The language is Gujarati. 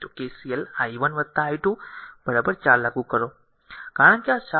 જો KCL i 1 i2 4 લાગુ કરો કારણ કે